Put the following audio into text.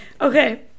Okay